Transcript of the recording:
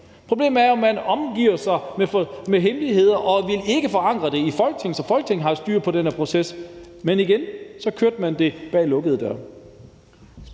Problemet er, at man omgærder det med hemmeligheder og ikke vil forankre det i Folketinget, så Folketinget har styr på den her proces. Igen kørte man det bag lukkede døre.